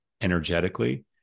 energetically